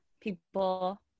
people